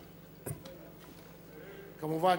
כמובן,